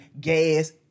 gas